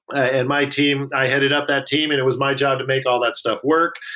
and my team. i headed up that team and it was my job to make all that stuff work.